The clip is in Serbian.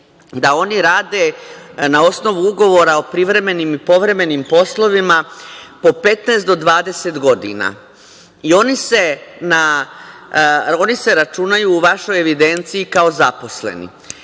da rade na osnovu ugovora o privremenim i povremenim poslovima po 15, 20 godina. Oni se računaju u vašoj evidenciji kao zaposleni. Rade